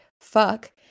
fuck